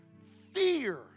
fear